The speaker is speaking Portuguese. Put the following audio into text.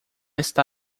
está